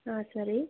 ಹಾಂ ಸರಿ